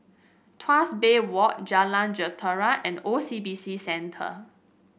Tuas Bay Walk Jalan Jentera and O C B C Centre